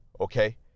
okay